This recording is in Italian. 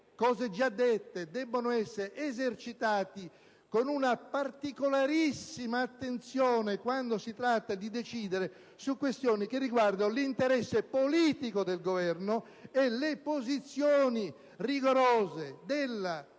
posizioni già espresse) esercitati con una particolarissima attenzione quando si tratta di decidere su questioni riguardanti l'interesse politico del Governo e le posizioni rigorose